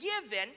given